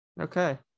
Okay